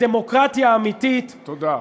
זו דמוקרטיה אמיתית, תודה.